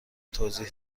توضیح